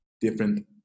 different